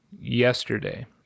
yesterday